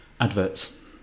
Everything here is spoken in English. adverts